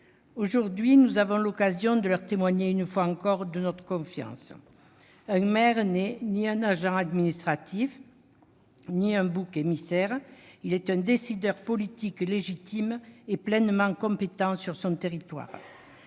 Aujourd'hui, nous avons l'occasion de leur témoigner, une fois encore, notre confiance. Un maire n'est ni un agent administratif ni un bouc émissaire : il est un décideur politique légitime et pleinement compétent sur son territoire.